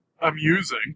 amusing